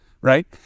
right